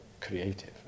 creative